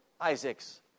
Isaacs